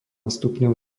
stupňov